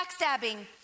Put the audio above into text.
backstabbing